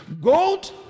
Gold